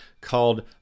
called